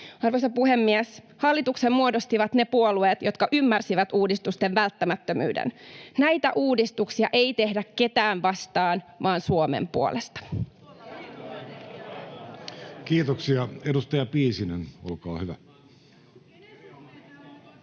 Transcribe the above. Arvoisa puhemies! Hallituksen muodostivat ne puolueet, jotka ymmärsivät uudistusten välttämättömyyden. Näitä uudistuksia ei tehdä ketään vastaan, vaan Suomen puolesta. [Speech 7] Speaker: Jussi Halla-aho Party: